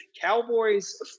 Cowboys